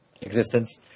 existence